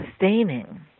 sustaining